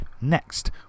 Next